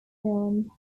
film